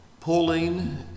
pauline